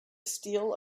steel